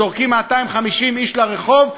זורקים 250 איש לרחוב,